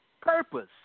purpose